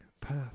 path